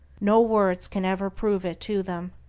no words can ever prove it to them.